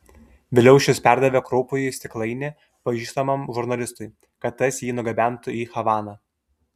vėliau šis perdavė kraupųjį stiklainį pažįstamam žurnalistui kad tas jį nugabentų į havaną